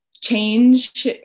Change